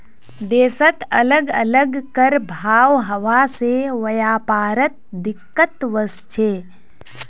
देशत अलग अलग कर भाव हवा से व्यापारत दिक्कत वस्छे